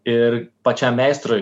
ir pačiam meistrui